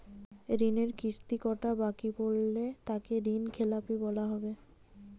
ঋণের কিস্তি কটা বাকি পড়লে তাকে ঋণখেলাপি বলা হবে?